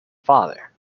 father